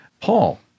Paul